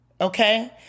Okay